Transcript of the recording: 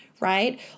right